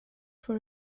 for